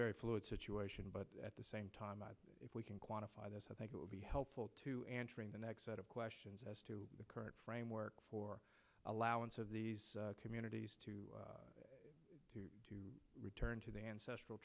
very fluid situation but at the same time if we can quantify this i think it will be helpful to answering the next set of questions as to the current framework for allowance of these communities to return to their ancestral